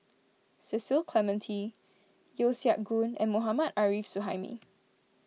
Cecil Clementi Yeo Siak Goon and Mohammad Arif Suhaimi